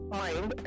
mind